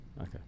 Okay